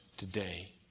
Today